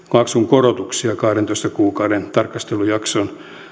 korotuksia kahdentoista kuukauden tarkastelujakson